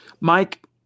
Mike